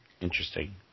Interesting